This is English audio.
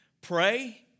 Pray